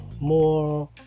more